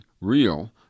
real